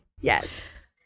Yes